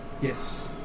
Yes